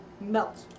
melt